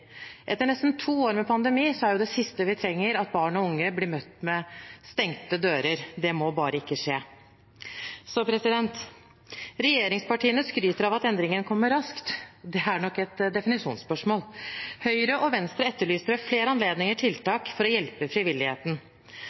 Etter nesten to år med pandemi er det siste vi trenger, at barn og unge blir møtt med stengte dører. Det må bare ikke skje. Regjeringspartiene skryter av at endringen kommer raskt. Det er nok et definisjonsspørsmål. Høyre og Venstre etterlyste ved flere anledninger tiltak for å hjelpe frivilligheten.